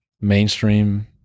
mainstream